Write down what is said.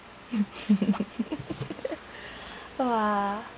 !wah!